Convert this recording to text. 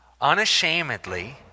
Unashamedly